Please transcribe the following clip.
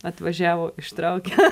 atvažiavo ištraukė